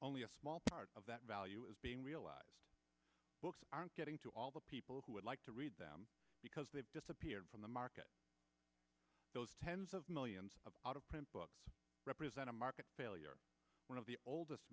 only a small part of that value is being realized books aren't getting to all the people who would like to read them because they have disappeared from the market those tens of millions of out of print books represent a market failure one of the oldest